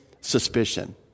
suspicion